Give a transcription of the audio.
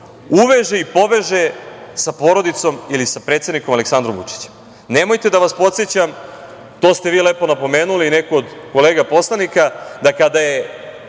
uveže i poveže sa porodicom ili sa predsednikom Aleksandrom Vučićem. Nemojte da vas podsećam, to ste vi lepo napomenuli, neko od kolega poslanika, da kada je